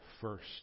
first